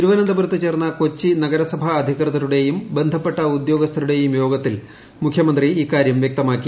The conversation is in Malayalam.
തിരുവനന്തപുരത്ത് ചേർന്ന കൊച്ചി നഗരസഭാ അധികൃതരു ടെയും ബന്ധപ്പെട്ട ഉദ്യോഗസ്ഥരുടെയും യോഗത്തിൽ മുഖ്യമന്ത്രി ഇക്കാര്യം വ്യക്തമാക്കി